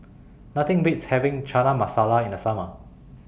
Nothing Beats having Chana Masala in The Summer